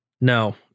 No